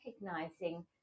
recognizing